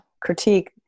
critique